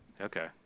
Okay